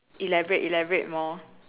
elaborate elaborate more